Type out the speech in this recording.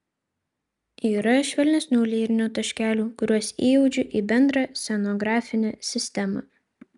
yra švelnesnių lyrinių taškelių kuriuos įaudžiu į bendrą scenografinę sistemą